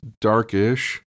dark-ish